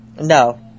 No